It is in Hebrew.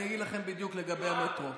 אני אגיד לכם בדיוק לגבי המטרו.